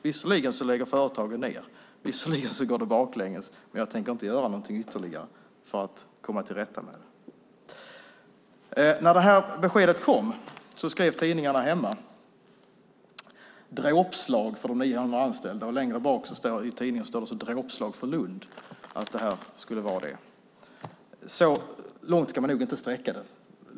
Visserligen lägger företagen ned, och visserligen går det baklänges, men hon tänker inte göra något ytterligare för att komma till rätta med situationen. När det här beskedet kom skrev Sydsvenskan att det var ett dråpslag för 900 anställda. Längre bak i tidningen stod det att det var ett dråpslag för Lund. Så långt ska man nog inte sträcka det här.